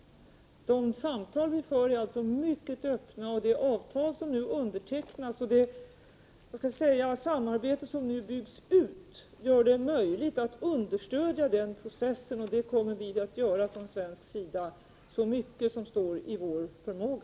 De samtal vi för är således mycket öppna. De avtal som nu undertecknats och det samarbete som nu byggs ut gör det möjligt att understödja den processen. Det kommer vi att göra från svensk sida, så långt vi har förmåga.